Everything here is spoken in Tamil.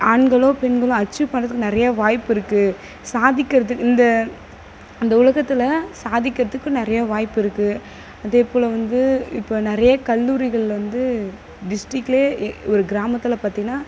ஆண்களோ பெண்களோ அச்சீவ் பண்ணுறதுக்கு நிறையா வாய்ப்பு இருக்குது சாதிக்கிறதுக்கு இந்த அந்த உலகத்தில் சாதிக்கிறதுக்கு நிறையா வாய்ப்பு இருக்குது அதேபோல் வந்து இப்போ நிறைய கல்லூரிகள் வந்து டிஸ்ட்ரிக்லே ஏ ஒரு கிராமத்தில் பார்த்திங்னா